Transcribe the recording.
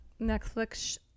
Netflix